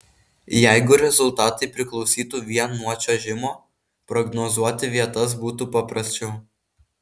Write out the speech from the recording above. jeigu rezultatai priklausytų vien nuo čiuožimo prognozuoti vietas būtų paprasčiau